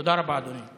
תודה רבה, אדוני.